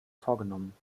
vorgenommen